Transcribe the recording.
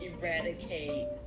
eradicate